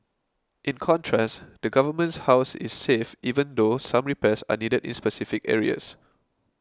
in contrast the Government's house is safe even though some repairs are needed in specific areas